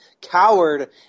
Coward